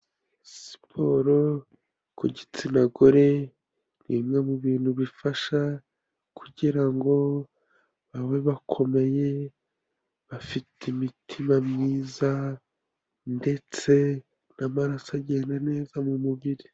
Siporo ku gitsina gore ni bimwe mu bintu bifasha kugira ngo babe bakomeye, bafite imitima myiza ndetse n'amaraso agenda neza mu mubiri.